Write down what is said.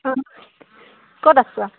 অঁ ক'ত আছ'